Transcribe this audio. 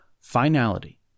Finality